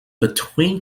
between